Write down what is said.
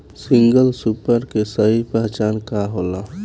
Single super के सही पहचान का होला?